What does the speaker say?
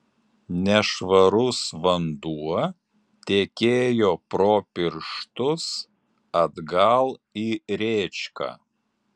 nešvarus vanduo tekėjo pro pirštus atgal į rėčką